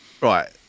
Right